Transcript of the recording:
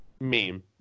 meme